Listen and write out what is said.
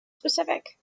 specific